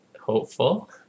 hopeful